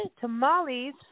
tamales